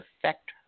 affect